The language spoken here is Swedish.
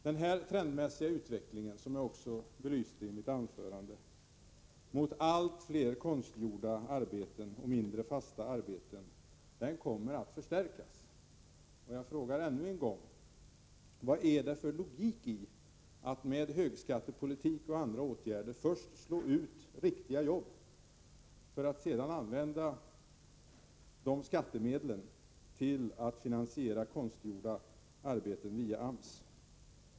Den här trendmässiga utvecklingen — som jag också belyste i mitt anförande — mot allt flera konstgjorda och mindre fasta arbeten kommer att förstärkas. Jag frågar ännu en gång: Vad är det för logik i att med högskattepolitik och andra åtgärder först slå ut riktiga jobb för att sedan använda de skattemedlen till att finansiera konstgjorda arbeten via AMS?